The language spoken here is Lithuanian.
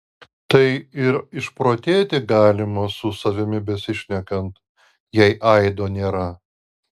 tai ir išprotėti galima su savimi besišnekant jei aido nėra